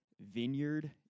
vineyard